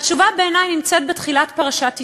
התשובה, בעיני, נמצאת בתחילת פרשת יתרו,